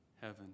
heaven